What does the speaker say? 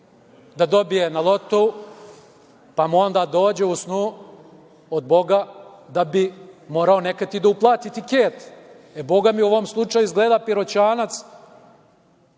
da dobije na Lotou, pa mu onda dođe u snu od Boga da bi morao nekad i da uplati tiket. Boga mi, u ovom slučaju je, izgleda, Piroćanac